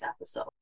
episode